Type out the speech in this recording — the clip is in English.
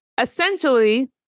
Essentially